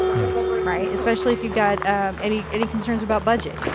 yeah right. especially if you've got any any concerns about budget.